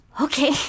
Okay